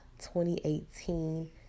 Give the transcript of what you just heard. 2018